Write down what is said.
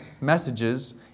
messages